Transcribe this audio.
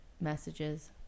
messages